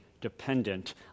dependent